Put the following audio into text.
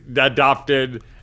adopted